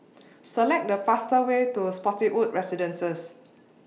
Select The fastest Way to Spottiswoode Residences